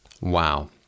Wow